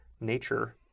nature